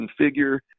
configure